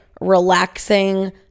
relaxing